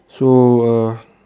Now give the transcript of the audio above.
so uh